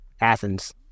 Athens